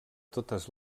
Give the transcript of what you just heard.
totes